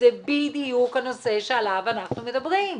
זה בדיוק הנושא שעליו אנחנו מדברים.